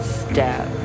step